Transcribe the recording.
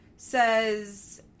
says